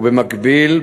ובמקביל,